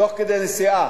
תוך כדי נסיעה,